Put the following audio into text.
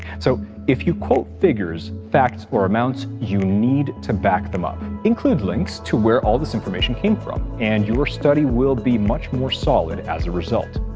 so if you quote figures, facts, or amounts, you need to back them up. include links to where all this information came from, and your study will be much more solid as a result.